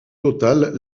total